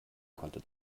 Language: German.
konnte